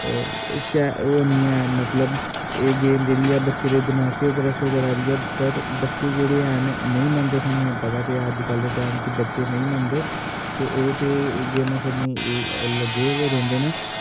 ओह् नी ऐ मतलव एह् गेम जेह्ड़ी ऐ बच्चें दे दमाकै उप्पर असर करा दी ऐ बच्चे जेह्ड़े हैन नेंई मनदे थुहानू पता ते है अज कल दे टैम च बच्चे नेंई मनदे ते ओह् केह् गेमां खेढ़ने लग्गे गै रौंह्दे न